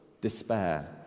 despair